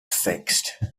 fixed